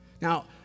Now